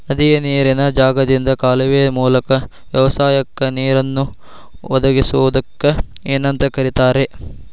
ನದಿಯ ನೇರಿನ ಜಾಗದಿಂದ ಕಾಲುವೆಯ ಮೂಲಕ ವ್ಯವಸಾಯಕ್ಕ ನೇರನ್ನು ಒದಗಿಸುವುದಕ್ಕ ಏನಂತ ಕರಿತಾರೇ?